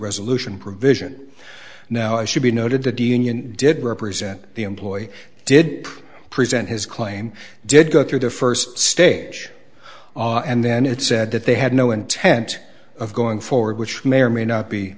resolution provision now i should be noted the d n did represent the employee did present his claim did go through the first stage and then it said that they had no intent of going forward which may or may not be